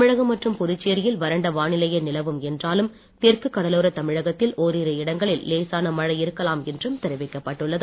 தமிழகம் மற்றும் புதுச்சேரியில் வறண்ட வானிலையே நிலவும் என்றாலும் தெற்கு கடலோர தமிழகத்தில் ஓரிரு இடங்களில் லேசான மழை இருக்கலாம் என்றும் தெரிவிக்கப்பட்டுள்ளது